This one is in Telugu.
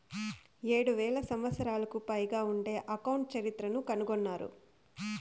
ఏడు వేల సంవత్సరాలకు పైగా ఉండే అకౌంట్ చరిత్రను కనుగొన్నారు